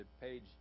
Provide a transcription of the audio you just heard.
page